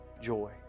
joy